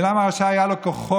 בלעם הרשע, היו לו כוחות